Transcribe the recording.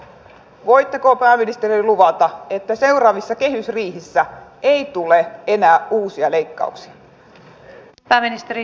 voitteko pääministeri luvata että seuraavissa kehysriihissä ei tule enää uusia leikkauksia